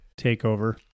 takeover